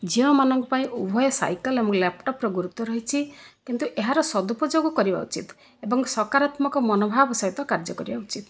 ଝିଅମାନଙ୍କ ପାଇଁ ଉଭୟ ସାଇକେଲ ଏବଂ ଲ୍ୟାପଟପ୍ର ଗୁରୁତ୍ଵ ରହିଛି କିନ୍ତୁ ଏହାର ସଦୁପଯୋଗ କରିବା ଉଚିତ ଏବଂ ସକରାତ୍ମକ ମନୋଭାବ ସହିତ କାର୍ଯ୍ୟ କରିବା ଉଚିତ